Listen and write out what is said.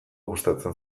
gustatzen